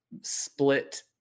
split